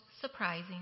surprising